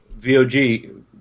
VOG